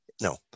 No